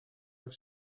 have